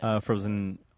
Frozen